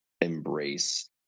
embrace